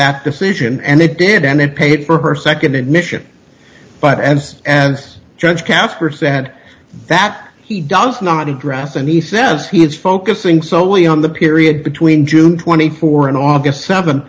that decision and it did and it paid for her nd admission but as as judge casper said that he does not address and he says he is focusing solely on the period between june twenty four and august